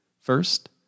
First